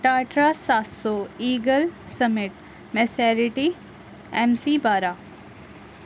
Tatra سات سو Eagle Summit Maserati M C بارہ